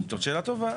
זו שאלה טובה.